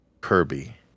Kirby